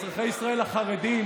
אזרחי ישראל החרדים,